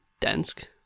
dansk